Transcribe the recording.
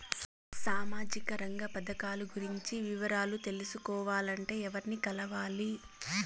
సామాజిక రంగ పథకాలు గురించి వివరాలు తెలుసుకోవాలంటే ఎవర్ని కలవాలి?